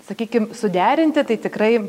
sakykim suderinti tai tikrai